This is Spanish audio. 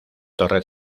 torre